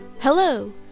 Hello